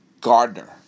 Gardner